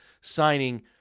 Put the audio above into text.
signing